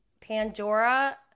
Pandora